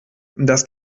dass